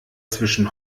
zwischen